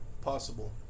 possible